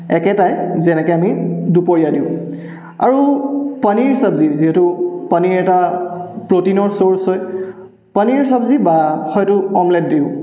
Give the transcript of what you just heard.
একেটাই যেনেকৈ আমি দুপৰীয়া দিওঁ আৰু পনীৰ চব্জি যিহেতু পনীৰ এটা প্ৰটিনৰ ছ'ৰ্চ হয় পনীৰ চব্জি বা হয়তো অমলেট দিওঁ